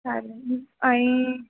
चालेल आणि